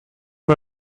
bei